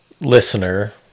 listener